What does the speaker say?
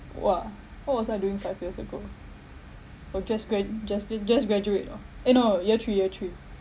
!wah! what was I doing five years ago oh just grad~ just uh just graduate orh eh no year three year three